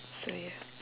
so ya